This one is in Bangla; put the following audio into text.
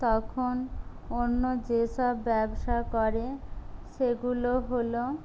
তখন অন্য যে সব ব্যবসা করে সেগুলো হল